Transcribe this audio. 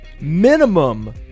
minimum